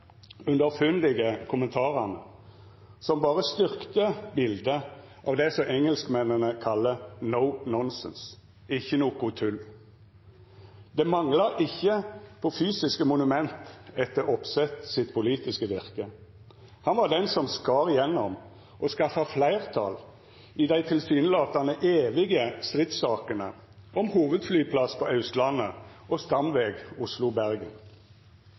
underfundige kommentarane, som berre styrkte biletet av det engelskmennene kallar «no-nonsense» – ikkje noko tull. Det manglar ikkje på fysiske monument etter Opseth sitt politiske virke. Han var den som skar gjennom og skaffa fleirtal i dei tilsynelatande evige stridssakene om hovudflyplass på Austlandet og stamveg Oslo–Bergen. Oslo